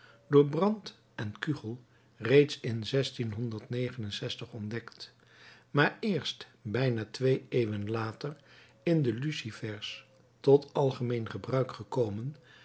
door brandt en künckel reeds in ontdekt maar eerst bijna twee eeuwen later in de lucifers tot algemeen gebruik gekomen